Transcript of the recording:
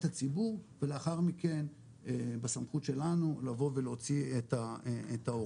הציבור ולאחר מכן בסמכות שלנו להוציא את ההוראה.